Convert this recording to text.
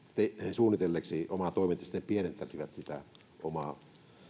suunnitelleeksi omaa toimintaansa että ne pienentäisivät sitä omaa